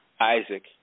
Isaac